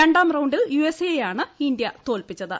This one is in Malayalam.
രണ്ടാം റൌണ്ടിൽ യുഎസ്എ യെയാണ് ഇന്ത്യ തോൽപ്പിച്ചത്